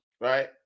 right